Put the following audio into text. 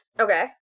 Okay